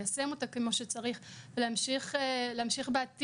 ליישם אותה כמו שצריך ולהמשיך בעתיד